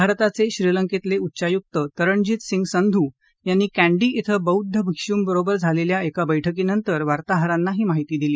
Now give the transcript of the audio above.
भारताचे श्रीलंकेतले उच्चायुक्त तरणजीत सिंग संधू यांनी कँडी क्वें बौद्ध भिक्षूं बरोबर झालेल्या एका बैठकीनंतर वार्ताहरांना ही माहिती दिली